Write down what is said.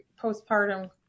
postpartum